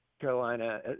Carolina